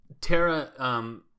Tara